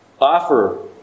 offer